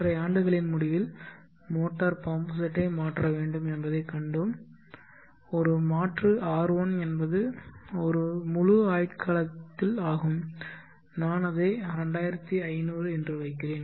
5 ஆண்டுகளின் முடிவில் motor pump செட்டை மாற்ற வேண்டும் என்பதைக் கண்டோம்ஒரு மாற்று R1 என்பது ஒரு முழு ஆயுட் காலத்தில் ஆகும் நான் அதை 2500 என்று வைக்கிறேன்